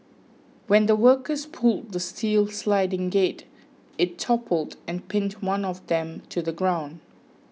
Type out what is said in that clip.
when the workers pulled the steel sliding gate it toppled and pinned one of them to the ground